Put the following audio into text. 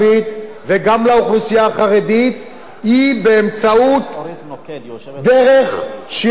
לאוכלוסייה החרדית הם באמצעות דרך שיש תגמול,